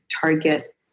target